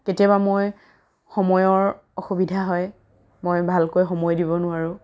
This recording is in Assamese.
কেতিয়াবা মই সময়ৰ অসুবিধা হয় মই ভালকৈ সময় দিব নোৱাৰোঁ